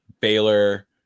Baylor